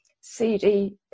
CD